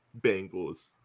Bengals